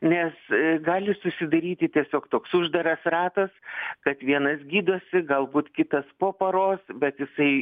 nes gali susidaryti tiesiog toks uždaras ratas kad vienas gydosi galbūt kitas po paros bet jisai